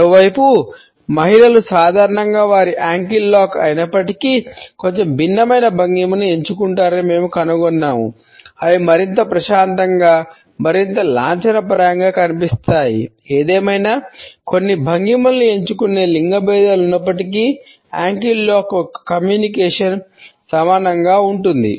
మరోవైపు మహిళలు సాధారణంగా వారి అంకల్ లాక్ సమానంగా ఉంటుంది